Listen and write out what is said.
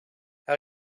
how